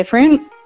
different